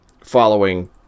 Following